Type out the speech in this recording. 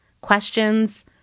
questions